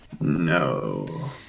No